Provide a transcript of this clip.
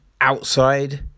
outside